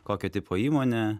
kokio tipo įmonė